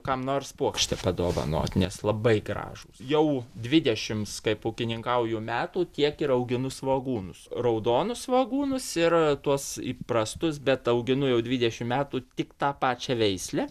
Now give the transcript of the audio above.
kam nors puokštę padovanot nes labai gražūs jau dvidešimts kaip ūkininkauju metų tiek ir auginu svogūnus raudonus svogūnus ir tuos įprastus bet auginu jau dvidešim metų tik tą pačią veislę